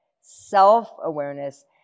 self-awareness